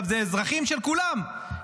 אלה אזרחים של כולם,